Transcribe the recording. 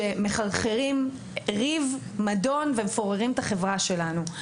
שמחרחרים ריב ומדון, ומפוררים את החברה שלנו.